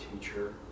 teacher